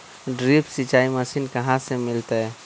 Drip सिंचाई machine कहाँ से मिलतै?